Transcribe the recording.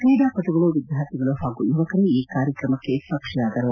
ಕ್ರೀಡಾಪಟುಗಳು ವಿದ್ಯಾರ್ಥಿಗಳು ಹಾಗೂ ಯುವಕರು ಈ ಕಾರ್ಯಕ್ರಮಕ್ಕೆ ಸಾಕ್ಷಿಯಾದರು